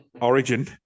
Origin